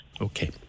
Okay